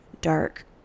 dark